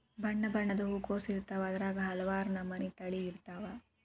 ಬಣ್ಣಬಣ್ಣದ ಹೂಕೋಸು ಇರ್ತಾವ ಅದ್ರಾಗ ಹಲವಾರ ನಮನಿ ತಳಿ ಇರ್ತಾವ